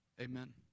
Amen